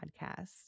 podcast